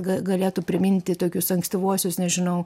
ga galėtų priminti tokius ankstyvuosius nežinau